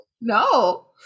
No